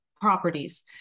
properties